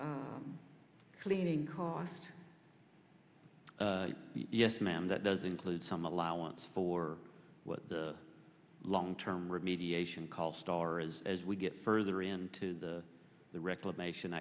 cleaning cost yes ma'am that does include some allowance for what the long term remediation call star is as we get further into the the reclamation